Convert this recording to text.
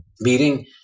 meeting